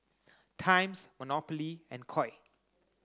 Times Monopoly and Koi